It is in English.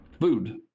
food